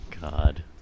God